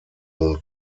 nun